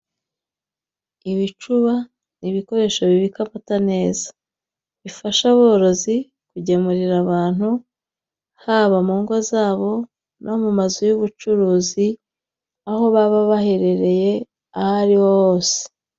Ibicuba ni ibikoresho bibika amata neza bifasha aborozi kugemurira abantu haba mu ngo zabo no mu mazu y'ubucuruzi aho baba baherereye aho ariho hose.